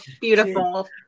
Beautiful